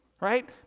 right